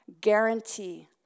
Guarantee